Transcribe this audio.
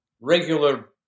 regular